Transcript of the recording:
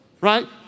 right